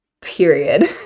Period